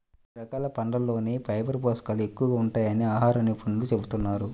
కొన్ని రకాల పండ్లల్లోనే ఫైబర్ పోషకాలు ఎక్కువగా ఉంటాయని ఆహార నిపుణులు చెబుతున్నారు